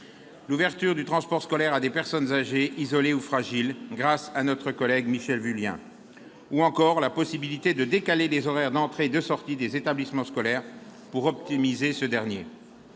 l'ouverture du transport scolaire en milieu rural à des personnes âgées isolées ou fragiles, grâce à notre collègue Michèle Vullien, ou encore la possibilité de décaler les horaires d'entrée et de sortie des établissements scolaires pour optimiser ce transport.